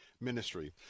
ministry